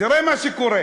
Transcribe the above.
תראה מה שקורה.